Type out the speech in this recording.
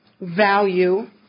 value